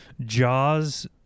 Jaws